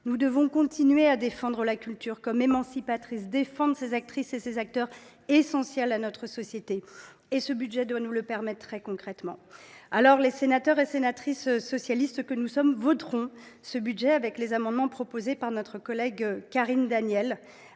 Nous devons continuer de défendre la culture comme force émancipatrice, défendre ces actrices et ces acteurs essentiels à notre société. Ce budget doit nous le permettre, très concrètement. Les sénateurs et les sénatrices socialistes voteront ce budget et les amendements présentés par notre collègue Karine Daniel,